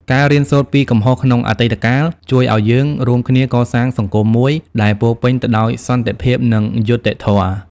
ការរៀនសូត្រពីកំហុសក្នុងអតីតកាលជួយឲ្យយើងរួមគ្នាកសាងសង្គមមួយដែលពោរពេញទៅដោយសន្តិភាព និងយុត្តិធម៌។